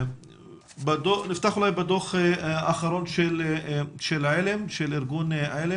נפתח בדו"ח האחרון של ארגון על"ם,